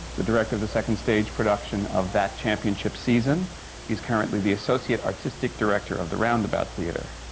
the director of the second stage production of that championship season. he is currently the associate artistic director of the roundabout theatre.